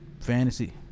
fantasy